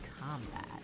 combat